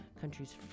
country's